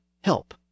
help